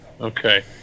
okay